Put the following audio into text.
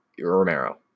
Romero